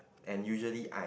and usually I